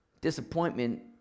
disappointment